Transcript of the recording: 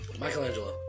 Michelangelo